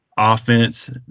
Offense